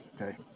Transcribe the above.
Okay